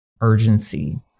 urgency